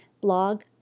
blog